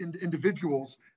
individuals